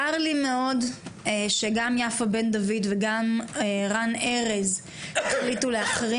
צר לי מאוד שגם יפה בן דוד וגם רן ארז החליטו להחרים